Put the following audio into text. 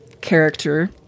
character